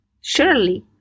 surely